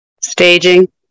Staging